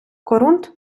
корунд